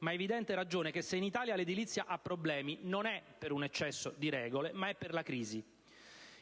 ma evidente ragione che, se in Italia l'edilizia ha problemi, non è per un eccesso di regole, ma per la crisi.